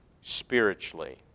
spiritually